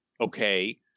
Okay